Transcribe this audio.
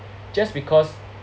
just because